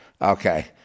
Okay